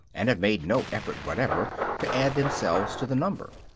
and have made no effort whatever to add themselves to the number.